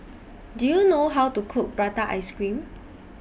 Do YOU know How to Cook Prata Ice Cream